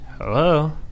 hello